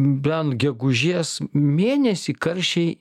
bent gegužės mėnesį karščiai